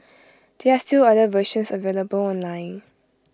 there are still other versions available online